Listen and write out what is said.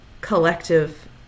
collective